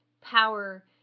power